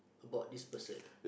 about this person